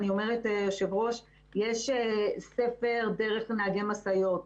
יש ספר דרך לנהגי משאיות,